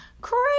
Crazy